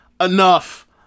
enough